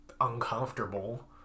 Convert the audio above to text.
uncomfortable